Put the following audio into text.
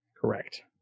Correct